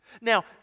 Now